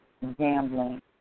gambling